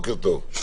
בוקר טוב.